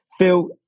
Phil